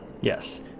Yes